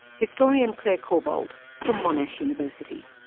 historian clare corbould from monash university.